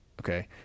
Okay